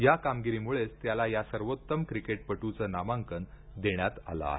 या कामगिरीमुळेच त्याला या सर्वोत्तम क्रिकेटपटूचं नामांकन देण्यात आलं आहे